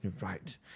Right